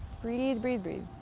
breathe, breathe, breathe.